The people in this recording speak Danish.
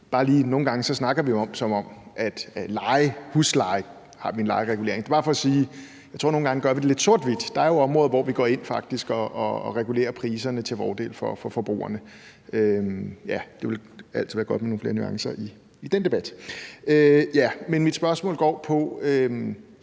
og visakortgebyrer, og på husleje har vi en lejeregulering. Det er bare for at sige, at jeg tror, at vi nogle gange gør det lidt sort-hvidt. Der er jo områder, hvor vi faktisk går ind og regulerer priserne til fordel for forbrugerne, og ja, det vil jo altid være godt med nogle flere nuancer i den debat. Men mit spørgsmål går på,